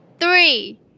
three